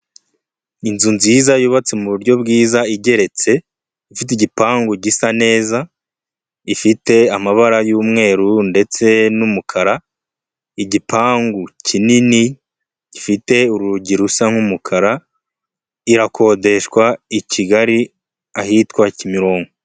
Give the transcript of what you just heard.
Inzu nziza yubatse mu buryo bwiza igeretse, ifite igipangu gisa neza, ifite amabara y'umweru ndetse n'umukara, igipangu kinini gifite urugi rusa nk'umukara, irakodeshwa i Kigali ahitwa Kimironko.